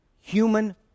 human